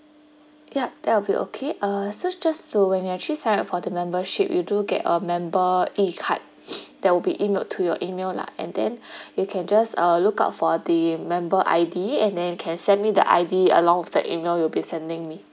yup that will be okay uh so just so when you actually sign up for the membership you do get a member E card that will be emailed to your email lah and then you can just uh lookout for the member I_D and then you can send me the I_D along with the email you will be sending me